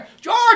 George